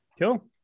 cool